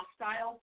hostile